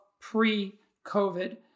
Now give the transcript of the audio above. pre-covid